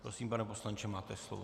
Prosím, pane poslanče, máte slovo.